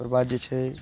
ओकर बाद जे छै